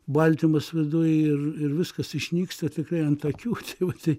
baltymas viduj ir ir viskas išnyksta tikrai ant akių tai vat tai